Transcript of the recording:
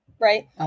Right